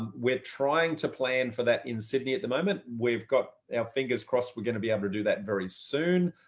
we're trying to plan for that in sydney at the moment. we've got our fingers crossed, we're going to be able to do that very soon.